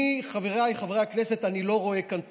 חבריי חברי הכנסת, אני לא רואה כאן תוכנית,